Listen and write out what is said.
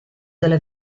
della